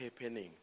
happening